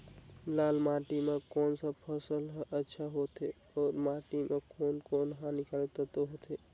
लाल माटी मां कोन सा फसल ह अच्छा होथे अउर माटी म कोन कोन स हानिकारक तत्व होथे?